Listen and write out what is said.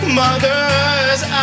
mother's